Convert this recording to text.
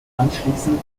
anschließend